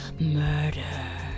murder